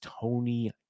Tony